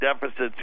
deficits